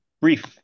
brief